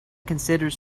considers